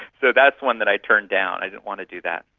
so that's one that i turned down, i didn't want to do that.